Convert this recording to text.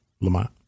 Lamont